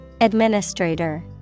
Administrator